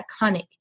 iconic